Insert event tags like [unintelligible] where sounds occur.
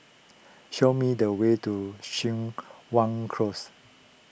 show me the way to [unintelligible] Wan Close